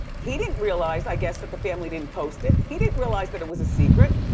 he didn't realize, i guess, that the family didn't post it. he didn't realize that it was a secret.